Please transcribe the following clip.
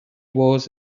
was